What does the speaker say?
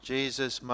Jesus